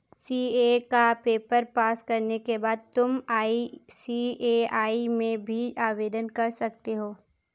CA का paper pass करने के बाद तुम आई.सी.ए.आई में भी आवेदन कर सकते हो